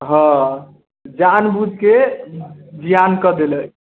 हँ जान बुझ के जियान कऽ देले